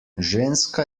ženska